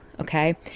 Okay